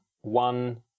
one